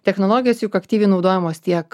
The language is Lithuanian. technologijos juk aktyviai naudojamos tiek